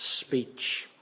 speech